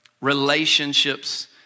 Relationships